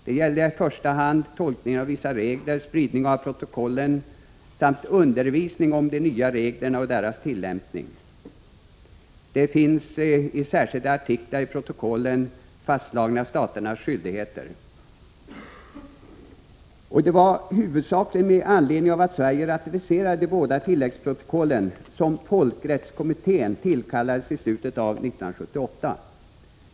Det gällde i första hand tolkningen av vissa regler, spridning av protokollen samt undervisning om de nya reglerna och deras tillämpning. Staternas skyldigheter finns fastslagna i särskilda artiklar i protokollen. Det var huvudsakligen med anledning av att Sverige ratificerade de båda tilläggsprotokollen som folkrättskommittén tillkallades i slutet av 1978.